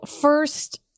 first